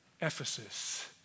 Ephesus